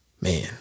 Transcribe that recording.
Man